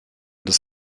des